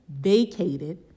vacated